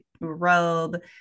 robe